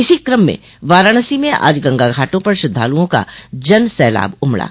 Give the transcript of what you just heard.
इसी क्रम में वाराणसी में आज गंगा घाटों पर श्रद्धालुओं का जन सैलाब उमड़ा